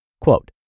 Quote